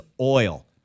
oil